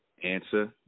Answer